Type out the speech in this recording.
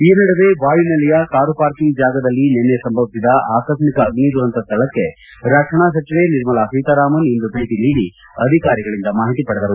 ಈ ನಡುವೆ ವಾಯುನೆಲೆಯ ಕಾರು ಪಾರ್ಕಿಂಗ್ ಜಾಗದಲ್ಲಿ ನಿನ್ನೆ ಸಂಭವಿಸಿದ ಆಕಸ್ಸಿಕ ಅಗ್ನಿ ದುರಂತ ಸ್ವಳಕ್ಕೆ ರಕ್ಷಣಾ ಸಚಿವೆ ನಿರ್ಮಲಾ ಸೀತಾರಾಮನ್ ಇಂದು ಭೇಟಿ ನೀಡಿ ಅಧಿಕಾರಿಗಳಿಂದ ಮಾಹಿತಿ ಪಡೆದರು